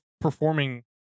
performing